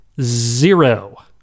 zero